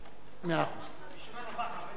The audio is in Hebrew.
מי שלא נוכח מאבד את תורו?